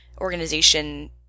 organization